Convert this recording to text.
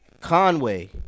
Conway